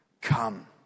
come